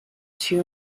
two